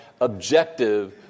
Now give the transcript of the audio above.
objective